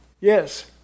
Yes